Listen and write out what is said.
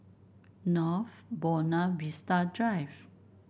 North Buona Vista Drive